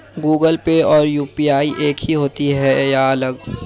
Google Pay और UPI एक ही है या अलग?